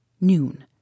noon